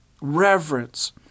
reverence